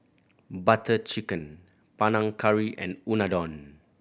Butter Chicken Panang Curry and Unadon